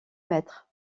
mètres